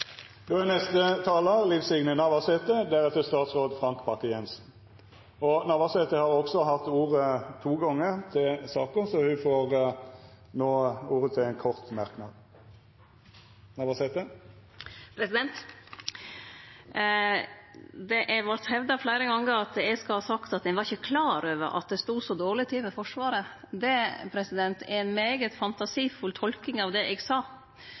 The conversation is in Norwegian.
Liv Signe Navarsete har hatt ordet to gonger tidlegare og får ordet til ein kort merknad, avgrensa til 1 minutt. Det har vore hevda fleire gongar at eg skal ha sagt at ein ikkje klar var over at det stod så dårleg til med Forsvaret. Det er ei veldig fantasifull tolking av det eg sa,